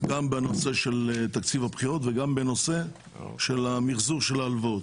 גם בנושא של תקציב הבחירות וגם בנושא של מחזור ההלוואות.